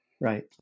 Right